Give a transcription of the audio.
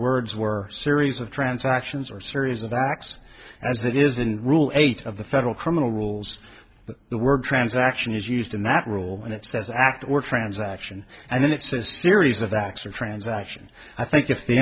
words were series of transactions or series of acts as it is in rule eight of the federal criminal rules the word transaction is used in that rule when it says act or transaction and then it's a series of acts or transaction i think if the